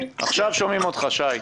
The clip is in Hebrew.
וכמה זמן אנחנו נוכל לשהות,